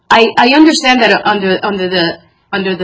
and i understand that under under the under the